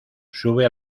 sube